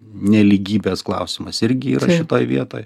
nelygybės klausimas irgi yra šitoj vietoj